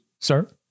sir